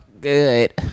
Good